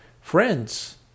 friends